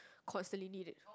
constantly need it